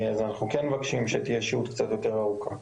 לכן אנחנו מבקשים שהות קצת יותר ארוכה.